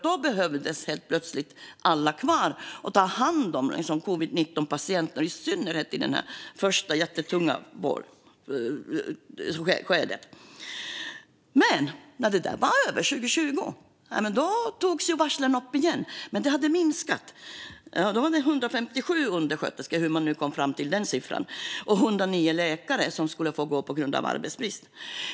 Då behövde helt plötsligt alla vara kvar och ta hand om covid 19-patienter, i synnerhet under det första jättetunga skedet. När det där var över, 2020, togs varslen upp igen. Men antalet hade minskat. Då var det 157 undersköterskor - hur man nu kom fram till den siffran - och 109 läkare som skulle få gå på grund av arbetsbrist.